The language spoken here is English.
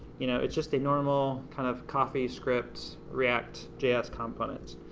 you know, it's just a normal kind of coffee script react js component.